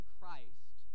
Christ